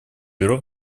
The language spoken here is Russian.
бюро